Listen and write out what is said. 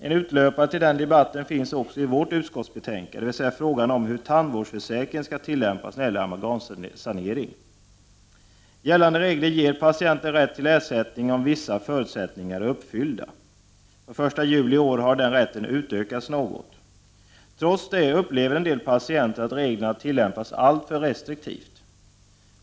En utlöpare till den debatten finns också i vårt utskottsbetänkande, dvs. frågan om hur tandvårdsförsäkringen skall tillämpas när det gäller amalgamsanering. Gällande regler ger patienten rätt till ersättning om vissa förutsättningar är uppfyllda. Från 1 juli i år är den rätten något utökad. Trots det upplever en del patienter att reglerna tillämpas alltför restriktivt.